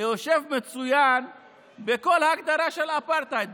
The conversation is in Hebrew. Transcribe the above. זה יושב מצוין בכל הגדרה של אפרטהייד.